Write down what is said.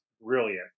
brilliant